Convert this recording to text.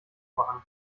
machen